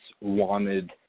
wanted